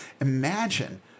Imagine